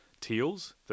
Teals